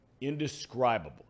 indescribable